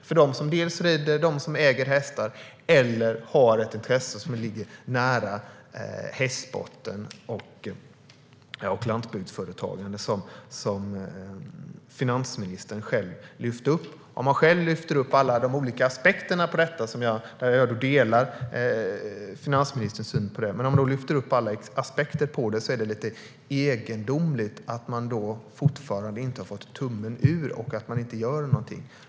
Det berör dem som rider, dem som äger hästar och dem som har ett intresse som ligger nära hästsporten och landsbygdsföretagande, som finansministern själv lyfte upp. Jag delar finansministerns syn på detta. Men om man själv lyfter upp alla aspekter är det lite egendomligt att man fortfarande inte har fått tummen ur och att man inte gör någonting.